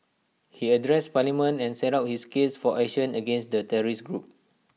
he addressed parliament and set out his case for action against the terrorist group